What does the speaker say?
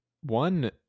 one